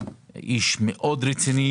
איש מאוד רציני